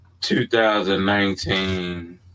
2019